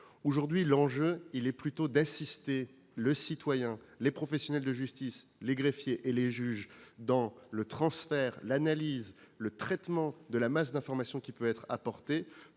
Aujourd'hui, l'enjeu est plutôt d'assister le citoyen, les professionnels de justice, les greffiers et les juges dans le transfert, l'analyse et le traitement de la masse d'informations, plutôt que